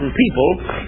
people